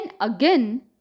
again